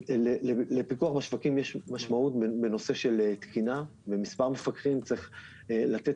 אלה נתונים שלדעתי צריכים להיות